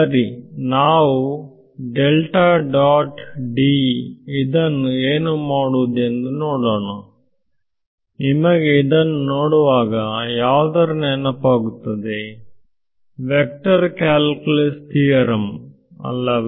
ಸರಿ ನಾವು ಇದನ್ನು ಏನು ಮಾಡುವುದೆಂದು ನೋಡೋಣ ನಿಮಗೆ ಇದನ್ನು ನೋಡುವಾಗ ಯಾವುದರ ನೆನಪಾಗುತ್ತದೆ ವ್ಯಕ್ತ ಕ್ಯಾಲ್ಕುಲಸ್ ನ ಯಾವ ತಿಯರಂ ನೆನಪಿಗೆ ಬರುತ್ತದೆ